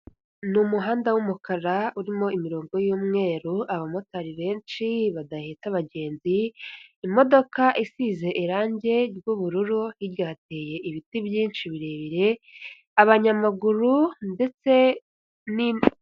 Ni umuhanda w'umukara urimo imirongo y'umweru, abamotari benshi badahita abagenzi, imodoka isize irange ry'ubururu hirya hateye ibiti byinshi birebire, abanyamaguru ndetse n'indi.